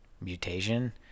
mutation